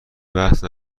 بحث